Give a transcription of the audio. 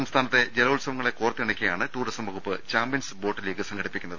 സംസ്ഥാനത്തെ ജലോത്സവങ്ങളെ കോർത്തിണക്കിയാണ് ടൂറിസം വകുപ്പ് ചാമ്പ്യൻസ് ബോട്ട് ലീഗ് സംഘടിപ്പിക്കുന്നത്